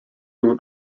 nun